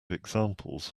examples